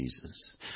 Jesus